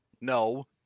no